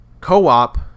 co-op